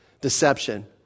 deception